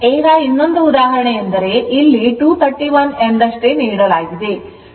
ಈಗ ಇನ್ನೊಂದು ಉದಾಹರಣೆಯೆಂದರೆ ಇಲ್ಲಿ 231 ಎಂದಷ್ಟೇ ನೀಡಲಾಗಿದೆ